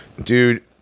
Dude